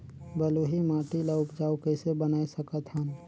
बलुही माटी ल उपजाऊ कइसे बनाय सकत हन?